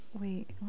wait